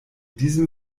diesem